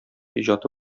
иҗаты